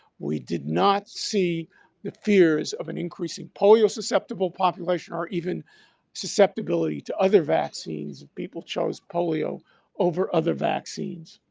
we did not see the fears of an increasing polio susceptible population or even susceptibility to other vaccines, people chose polio over other vaccines.